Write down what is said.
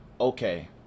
okay